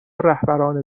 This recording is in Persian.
رهبران